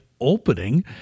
opening